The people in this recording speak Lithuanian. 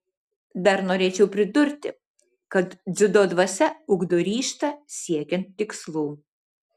dar norėčiau pridurti kad dziudo dvasia ugdo ryžtą siekiant tikslų